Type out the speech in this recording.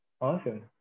Awesome